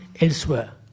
elsewhere